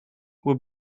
will